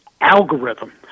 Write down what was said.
algorithm